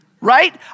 right